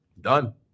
done